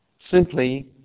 simply